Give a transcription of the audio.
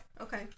Okay